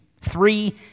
Three